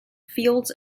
fields